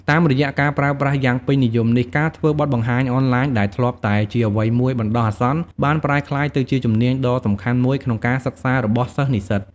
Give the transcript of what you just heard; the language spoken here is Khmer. តាមរយៈការប្រើប្រាស់យ៉ាងពេញនិយមនេះ ការធ្វើបទបង្ហាញអនឡាញដែលធ្លាប់តែជាអ្វីមួយបណ្ដោះអាសន្ន បានប្រែក្លាយទៅជាជំនាញដ៏សំខាន់មួយក្នុងការសិក្សារបស់សិស្សនិស្សិត។